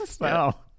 Wow